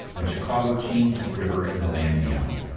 when chicago changed its river and the land beyond.